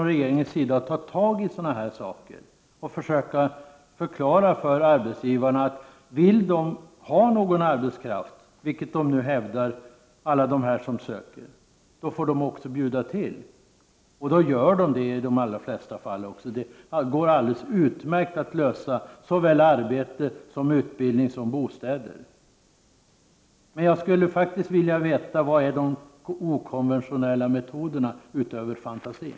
Regeringen får lov att ta tag i detta och förklara för arbetsgivarna att de måste bjuda till om de vill ha någon arbetskraft — vilket alla de som söker arbetskraft nu hävdar. I de allra flesta fall gör de också det. Det går alldeles utmärkt att lösa problemen med såväl arbete och utbildning som bostäder. Jag skulle ändå vilja veta vilka de okonventionella metoderna är, utöver fantasin.